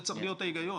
זה צריך להיות ההיגיון.